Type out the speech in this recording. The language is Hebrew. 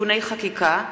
(תיקוני חקיקה),